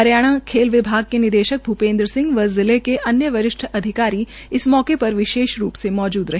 हरियाणा खेल विभाग के निदेशक भूपेंद्र सिंह व जिले अन्य वरिष्ठ अधिकारी इस मौके र विशेष रू से मौजूद रहे